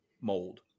mold